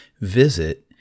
Visit